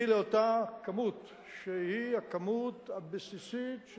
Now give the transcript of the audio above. היא לאותה כמות שהיא הכמות הבסיסית,